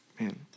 Man